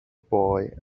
boy